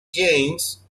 james